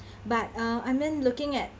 but uh I mean looking at